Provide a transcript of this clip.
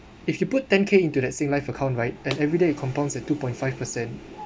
if you put ten K into that Singlife account right and everyday it compounds at two point five percent